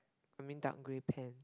I mean dark grey pant